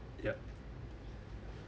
ya